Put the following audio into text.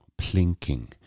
plinking